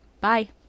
Bye